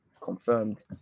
confirmed